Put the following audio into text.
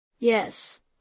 Yes